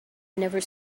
never